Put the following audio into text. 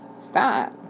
Stop